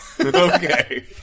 Okay